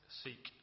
seek